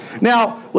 Now